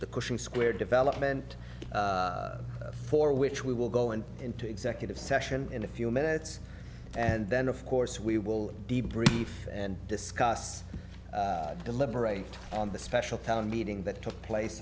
the cushing square development for which we will go in into executive session in a few minutes and then of course we will be brief and discuss deliberate on the special town meeting that took place